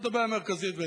זו הבעיה המרכזית.